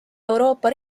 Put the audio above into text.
euroopa